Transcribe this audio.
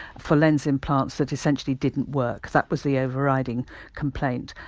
for lens implants that essentially didn't work, that was the overriding complaint.